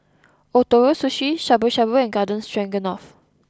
Ootoro Sushi Shabu Shabu and Garden Stroganoff